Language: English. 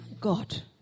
God